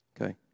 Okay